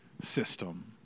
system